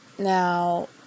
Now